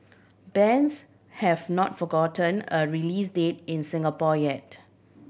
bends have not forgotten a release date in Singapore yet